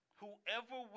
whoever